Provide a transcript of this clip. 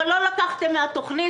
אבל לא לקחתם מהתכנית,